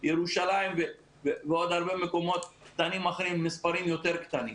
בירושלים ובעוד הרבה מקומות קטנים אחרים במספרים יותר קטנים.